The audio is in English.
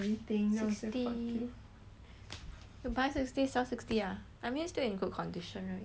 you buy sixty sell sixty ah I mean still in good condition right